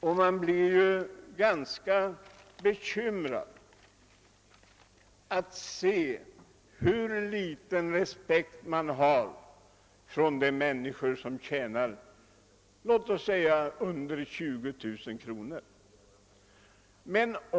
Ja, jag blir verkligen bekymrad när jag ser hur liten respekt man hyser för människor som tjänar mindre än låt mig säga 20000 kronor om året.